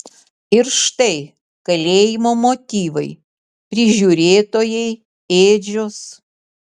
ir štai kalėjimo motyvai prižiūrėtojai ėdžios